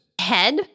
Head